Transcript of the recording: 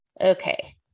okay